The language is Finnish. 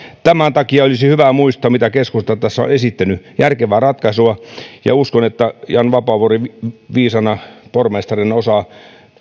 tämän takia olisi hyvä muistaa mitä keskusta tässä on esittänyt järkevää ratkaisua ja uskon että jan vapaavuori viisaana pormestarina osaa